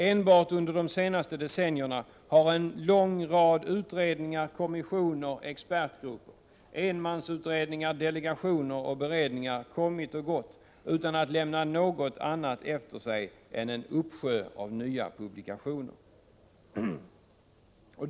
Enbart under de senaste decennierna har en lång rad utredningar, kommissioner, experter, enmansutredningar, delegationer och beredningar kommit och gått utan att lämna något annat efter sig än en uppsjö av nya publikationer.